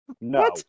No